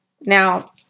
Now